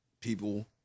People